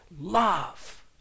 love